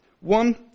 One